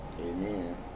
amen